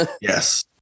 Yes